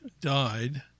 died